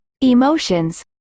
Emotions